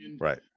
Right